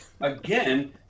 again